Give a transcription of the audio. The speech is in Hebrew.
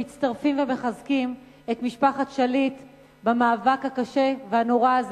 מצטרפים ומחזקים את משפחת שליט במאבק הקשה והנורא הזה,